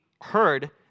heard